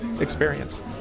experience